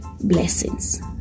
Blessings